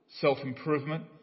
self-improvement